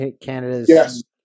Canada's